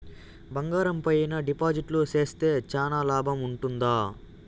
బంగారం పైన డిపాజిట్లు సేస్తే చానా లాభం ఉంటుందా?